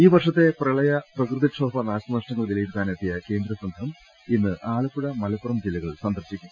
ഈ വർഷത്തെ പ്രളയ പ്രകൃതി ക്ഷോഭ നാശനഷ്ട്ടങ്ങൾ വിലയിരുത്താനെത്തിയ കേന്ദ്ര സംഘം ഇന്ന് ആലപ്പുഴ മലപ്പുറം ജില്ലകൾ സന്ദർശിക്കും